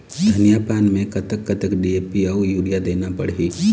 धनिया पान मे कतक कतक डी.ए.पी अऊ यूरिया देना पड़ही?